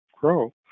grow